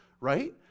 right